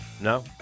no